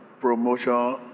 promotion